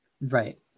right